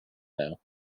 now